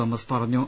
Thomas പറ ഞ്ഞു